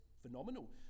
phenomenal